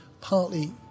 partly